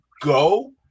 go